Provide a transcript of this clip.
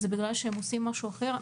זה בגלל שהם עושים משהו אחר?